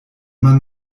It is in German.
man